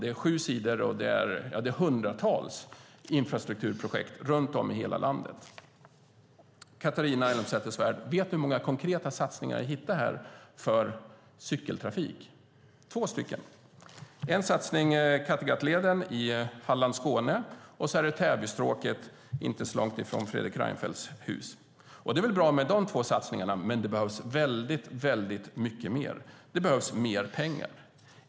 Det är sju sidor och hundratals infrastrukturprojekt runt om i hela landet. Catharina Elmsäter-Svärd! Vet du hur många konkreta satsningar för cykeltrafik som jag hittade? Det var två: en satsning på Kattegattleden i Halland-Skåne och en satsning på Täbystråket, inte så långt från Fredrik Reinfeldts hus. Det är väl bra med de två satsningarna. Men det behövs väldigt mycket mer. Det behövs mer pengar.